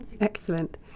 Excellent